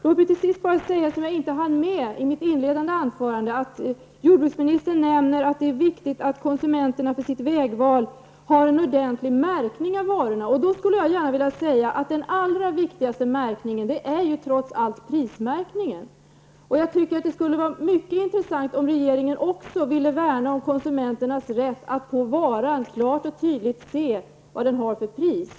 Låt mig till sist ta upp en sak som jag inte hann med i mitt inledande anförande. Jordbruksministern säger att det är viktigt att konsumenterna för sitt val har en ordentlig märkning av varorna att tillgå. Jag anser att den allra viktigaste märkningen är prismärkningen. Det skulle vara mycket värdefullt om regeringen också ville värna om konsumenternas intresse av att på varan klart och tydligt kunna se vad den har för pris.